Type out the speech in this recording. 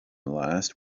last